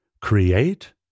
create